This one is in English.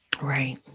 Right